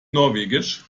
norwegisch